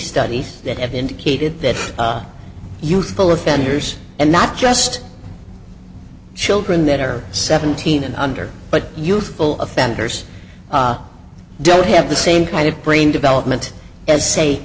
studies that have indicated that youthful offenders and not just children that are seventeen and under but youthful offenders don't have the same kind of brain development as say